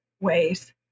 ways